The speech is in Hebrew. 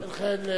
ובכן,